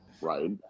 right